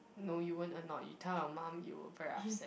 no you weren't annoyed you tell your mum you were very upset